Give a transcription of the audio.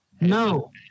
No